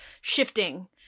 shifting